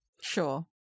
sure